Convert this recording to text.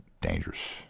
dangerous